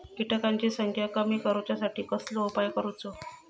किटकांची संख्या कमी करुच्यासाठी कसलो उपाय करूचो?